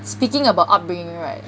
speaking about upbringing right